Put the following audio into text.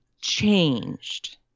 changed